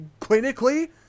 clinically